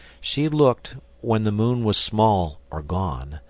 she looked, when the moon was small or gone,